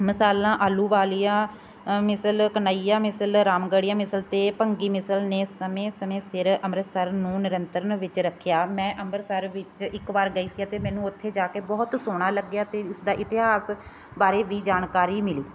ਮਿਸਾਲਾਂ ਆਹਲੂਵਾਲੀਆ ਮਿਸਲ ਘਨੱਈਆ ਮਿਸਲ ਰਾਮਗੜੀਆ ਮਿਸਲ ਅਤੇ ਭੰਗੀ ਮਿਸਲ ਨੇ ਸਮੇਂ ਸਮੇਂ ਸਿਰ ਅੰਮ੍ਰਿਤਸਰ ਨੂੰ ਨਿਯੰਤਰਨ ਵਿੱਚ ਰੱਖਿਆ ਮੈਂ ਅੰਮ੍ਰਿਤਸਰ ਵਿੱਚ ਇੱਕ ਵਾਰ ਗਈ ਸੀ ਅਤੇ ਮੈਨੂੰ ਉੱਥੇ ਜਾ ਕੇ ਬਹੁਤ ਸੋਹਣਾ ਲੱਗਿਆ ਅਤੇ ਇਸਦਾ ਇਤਿਹਾਸ ਬਾਰੇ ਵੀ ਜਾਣਕਾਰੀ ਮਿਲੀ